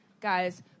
guys